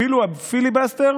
אפילו הפיליבסטר